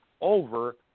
over